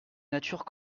nature